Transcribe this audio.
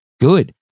good